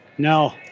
No